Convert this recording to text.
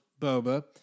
Boba